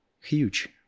Huge